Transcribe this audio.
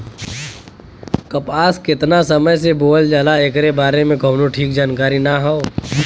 कपास केतना समय से बोअल जाला एकरे बारे में कउनो ठीक जानकारी ना हौ